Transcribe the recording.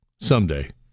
Someday